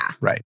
Right